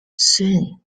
soon